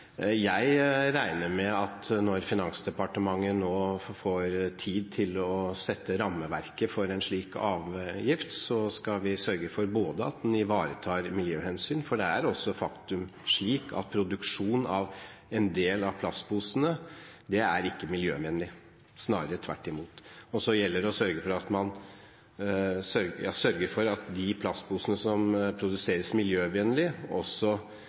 Jeg regner med at når Finansdepartementet nå får tid til å sette rammeverket for en slik avgift, skal vi sørge for at den ivaretar miljøhensyn, for det er også slik at produksjonen av en del av plastposene ikke er miljøvennlig, snarere tvert imot. Så gjelder det å sørge for at de plastposene som produseres miljøvennlig, også